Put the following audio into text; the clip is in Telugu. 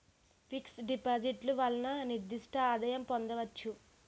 ఫిక్స్ డిపాజిట్లు వలన నిర్దిష్ట ఆదాయం పొందవచ్చు